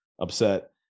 Upset